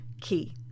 key